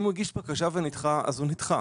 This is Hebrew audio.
אם הוא הגיש בקשה ונדחה אז הוא נדחה,